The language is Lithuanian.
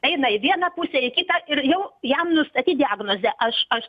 eina į vieną pusę į kitą ir jau jam nustatyt diagnozę aš aš